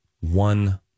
One